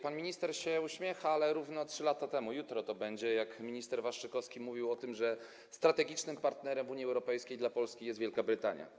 Pan minister się uśmiecha, ale równo 3 lata temu, jutro to będzie, minister Waszczykowski mówił o tym, że strategicznym partnerem w Unii Europejskiej dla Polski jest Wielka Brytania.